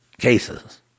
cases